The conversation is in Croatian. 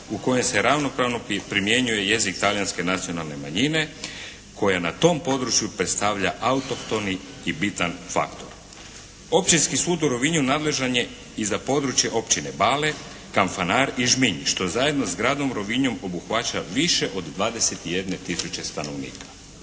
u kojem se ravnopravno primjenjuje jezik Talijanske nacionalne manjine koja na tom području predstavlja autohtoni i bitan faktor. Općinski sud u Rovinju nadležan je i za područje općine Bale, Kanfanar i Žminj što zajedno sa Gradom Rovinjom obuhvaća više od 21000 stanovnika.